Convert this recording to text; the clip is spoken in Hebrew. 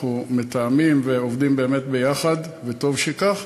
אנחנו מתואמים ועובדים באמת ביחד, וטוב שכך.